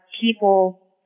people